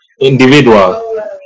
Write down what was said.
individual